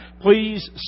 Please